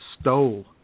stole